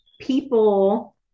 people